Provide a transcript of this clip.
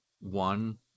one